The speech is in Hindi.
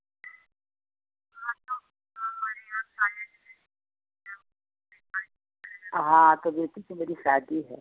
हाँ तो बेटी की मेरी शादी है